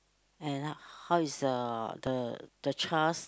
and how is the the the trust